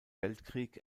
weltkrieg